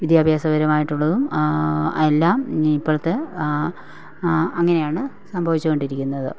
വിദ്യാഭ്യാസ പരമായിട്ടുള്ളതും എല്ലാം ഇപ്പോഴത്തെ അങ്ങനെയാണ് സംഭവിച്ചു കൊണ്ടിരിക്കുന്നത്